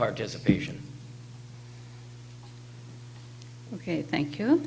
participation ok thank you